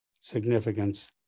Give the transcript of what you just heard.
significance